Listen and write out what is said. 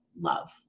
love